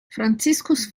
franziskus